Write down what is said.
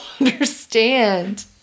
understand